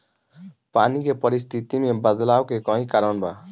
पानी के परिस्थिति में बदलाव के कई कारण बा